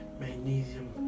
magnesium